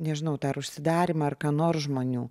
nežinau dar užsidarymą ar ką nors žmonių